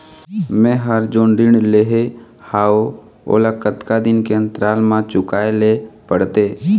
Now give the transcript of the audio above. मैं हर जोन ऋण लेहे हाओ ओला कतका दिन के अंतराल मा चुकाए ले पड़ते?